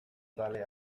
zale